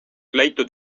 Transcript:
leitud